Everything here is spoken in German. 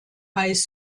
high